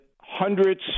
hundreds